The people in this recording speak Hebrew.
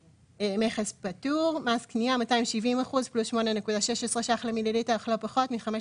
פטורמס קנייה 270% + 8.16 חוזר המכילה ₪ למ"ל אל"פ מ-15.64